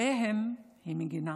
עליהם היא מגינה.